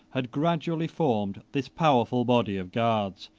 had gradually formed this powerful body of guards,